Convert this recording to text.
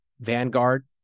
Vanguard